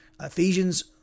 Ephesians